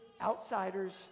outsiders